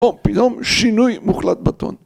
הוא פתאום שינוי מוחלט בטון